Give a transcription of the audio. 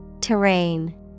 Terrain